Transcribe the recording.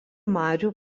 marių